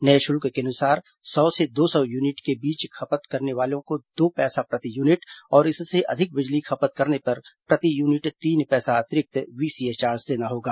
नए शुल्क के अनुसार सौ से दो सौ यूनिट के बीच बिजली खपत करने वालों को दो पैसा प्रति यूनिट और इससे अधिक बिजली खपत करने पर प्रति यूनिट तीन पैसा अतिरिक्त वीसीए चार्ज देना होगा